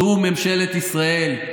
זו ממשלת ישראל,